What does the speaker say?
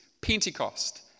Pentecost